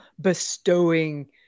bestowing